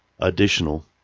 Additional